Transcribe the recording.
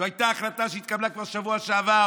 זאת הייתה החלטה שכבר התקבלה בשבוע שעבר,